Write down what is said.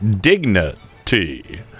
dignity